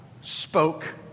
spoke